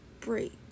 break